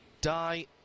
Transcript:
die